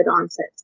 onset